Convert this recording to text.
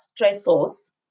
stressors